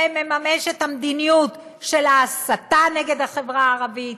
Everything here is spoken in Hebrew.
זה מממש את המדיניות של ההסתה נגד החברה הערבית,